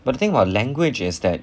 but the thing about languages is that